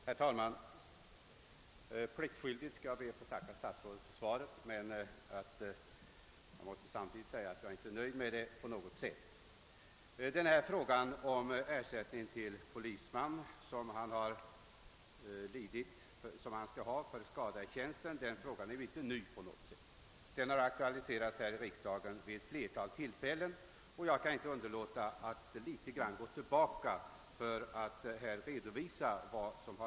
Herr talman! Jag ber pliktskyldigt att få tacka statsrådet för svaret på min interpellation, men jag måste samtidigt säga att jag inte på något sätt är nöjd med det. Frågan om ersättningen till polisman för skada som han lidit i tjänsten är inte på något sätt ny. Den har aktualiserats vid ett flertal tillfällen. Jag kan inte underlåta att något redovisa vad som tidigare sagts i detta hänseende.